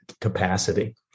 capacity